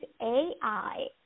AI